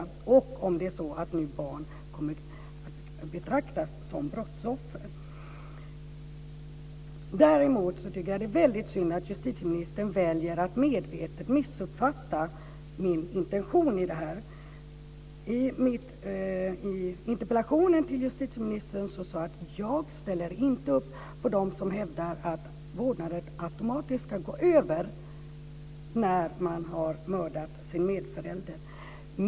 Det är viktigt om det är så att barn kommer att betraktas som brottsoffer. Däremot tycker jag att det är synd att justitieministern väljer att medvetet missuppfatta min intention. I interpellationen till justitieministern sade jag att jag inte ställer upp på de som hävdar att vårdnaden automatiskt ska gå över när man har mördat sin medförälder.